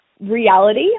reality